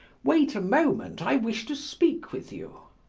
wait a moment, i wish to speak with you.